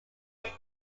but